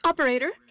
Operator